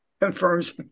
confirms